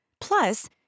Plus